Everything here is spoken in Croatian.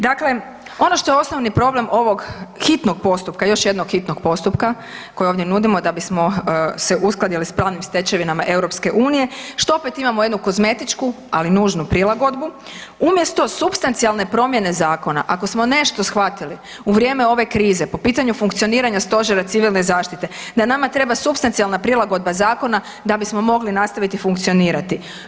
Dakle, ono što je osnovni problem ovog hitnog postupka, još jednog hitnog postupka, koji ovdje nudimo da bismo se uskladili sa pravnim stečevinama Europske unije, što opet imamo jednu kozmetičku, ali nužnu prilagodbu, umjesto supstancijalne promjene Zakona, ako smo nešto shvatili u vrijeme ove krize, po pitanju funkcioniranja Stožera civilne zaštite, da nama treba supstancijalna prilagodba Zakona da bismo mogli nastaviti funkcionirati.